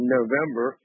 November